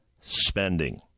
spending